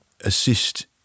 assist